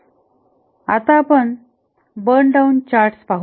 आता आपण burn down charts पाहू